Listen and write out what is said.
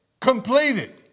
Completed